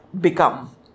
become